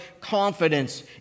confidence